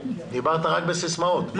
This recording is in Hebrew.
דיברת רק בסיסמאות.